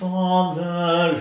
Father